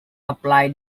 apply